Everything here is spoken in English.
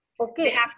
Okay